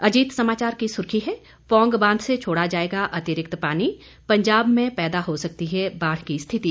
अजीत समाचार की सुर्खी है पौंग बांध से छोड़ा जाएगा अतिरिक्त पानी पंजाब में पैदा हो सकती है बाढ़ की स्थिति